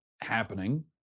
happening